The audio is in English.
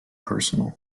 personal